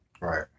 Right